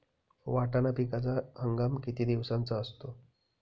वाटाणा पिकाचा हंगाम किती दिवसांचा असतो?